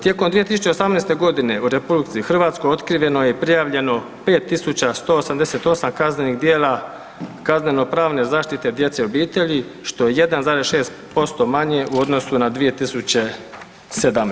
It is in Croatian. Tijekom 2018.g. u RH otkriveno je i prijavljeno 5188 kaznenih djela kazneno pravne zaštite djece i obitelji, što je 1,6% manje u odnosu na 2017.